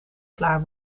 klaar